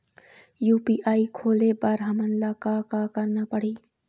UPI खोले बर हमन ला का का करना पड़ही?